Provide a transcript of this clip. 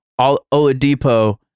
Oladipo